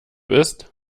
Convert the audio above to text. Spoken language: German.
ist